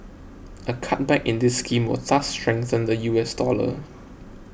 a cutback in this scheme will thus strengthen the U S dollar